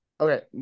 Okay